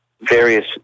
various